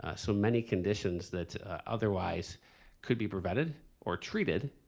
ah so many conditions that otherwise could be prevented or treated